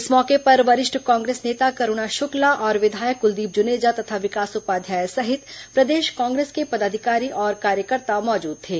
इस मौके पर वरिष्ठ कांग्रेस नेता करूणा शुक्ला और विधायक कुलदीप जुनेजा तथा विकास उपाध्याय सहित प्रदेश कांग्रेस के पदाधिकारी और कार्यकर्ता मौजूद थे